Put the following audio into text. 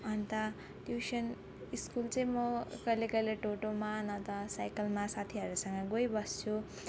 अन्त tuition school चाहिँ म कहिले कहिले टोटोमा न त साइकलमा साथीहरूसँग गइबस्छु